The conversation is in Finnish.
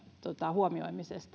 huomioiminen